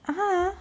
(uh huh)